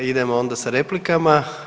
Idemo onda sa replikama.